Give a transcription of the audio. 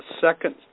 second